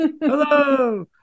hello